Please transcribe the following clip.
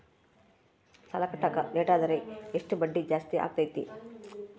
ಸಾಲ ಕಟ್ಟಾಕ ಲೇಟಾದರೆ ಎಷ್ಟು ಬಡ್ಡಿ ಜಾಸ್ತಿ ಆಗ್ತೈತಿ?